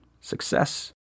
success